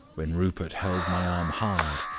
when rupert held my arm hard,